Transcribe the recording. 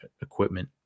equipment